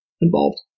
involved